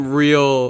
real